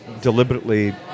deliberately